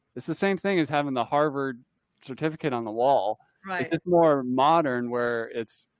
it's the same thing as having the harvard certificate on the wall, right? it's more modern where it's.